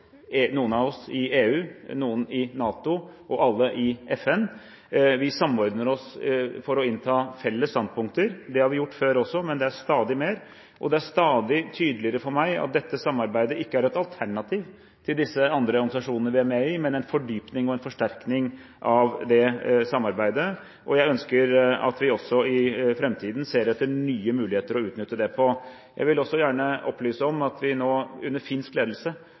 EU, noen i NATO og alle i FN. Vi samordner oss for å innta felles standpunkter. Det har vi gjort før også, men det er stadig mer. Det er stadig tydeligere for meg at dette samarbeidet ikke er et alternativ til disse andre organisasjonene vi er med i, men en fordypning og en forsterkning av det samarbeidet. Jeg ønsker at vi også i framtiden ser etter nye muligheter til å utnytte det på. Jeg vil også gjerne opplyse om at vi nå under finsk ledelse